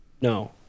No